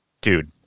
dude